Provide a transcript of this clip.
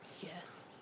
Yes